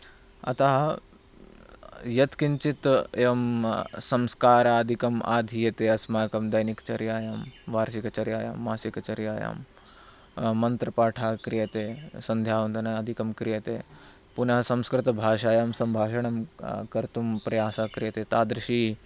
अतः यत्किञ्चित् यं संस्कारादिकम् आध्रियते अस्माकं दैनिकचर्यायां वार्षिकचर्यायां मासिकचर्यायां मन्त्रपाठः क्रियते सन्ध्यावन्दनादिकं क्रियते पुनः संस्कृतभाषायां सम्भाषणं कर्तुं प्रयासः क्रियते तादृशी